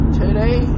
today